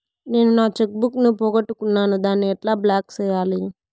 నేను నా cheque book ను పోగొట్టుకున్నాను దాన్ని ఎట్లా బ్లాక్ సేయాలి?